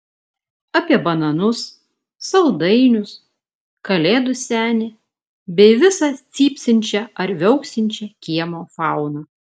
apie bananus saldainius kalėdų senį bei visą cypsinčią ar viauksinčią kiemo fauną